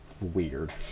weird